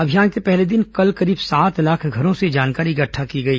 अभियान के पहले दिन कल करीब सात लाख घरों से जानकारी इकट्ठा की गई